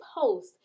post